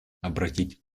обратить